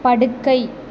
படுக்கை